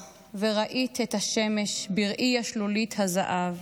/ וראית את השמש בראי השלולית הזהוב.